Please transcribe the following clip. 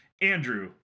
Andrew